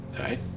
right